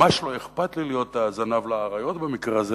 ממש לא אכפת לי להיות זנב לאריות במקרה הזה.